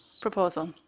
proposal